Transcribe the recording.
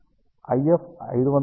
IF 500 MHz వద్ద స్థిరపరచబడింది